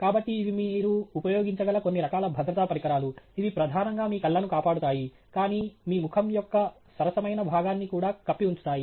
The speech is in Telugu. కాబట్టి ఇవి మీరు ఉపయోగించగల కొన్ని రకాల భద్రతా పరికరాలు ఇవి ప్రధానంగా మీ కళ్ళను కాపాడుతాయి కానీ మీ ముఖం యొక్క సరసమైన భాగాన్ని కూడా కప్పి ఉంచుతాయి